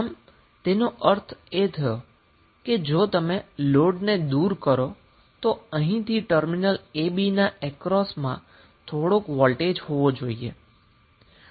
આમ તેનો અર્થ એ થયો કે જો તમે લોડને દુર કરો તો અહીંથી ટર્મિનલ a b ને અક્રોસમાં થોડોક વોલ્ટેજ હોવો જોઈએ